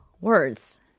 words